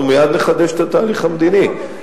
אנחנו מייד נחדש את התהליך המדיני.